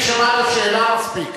היא שמעה את השאלה, מספיק.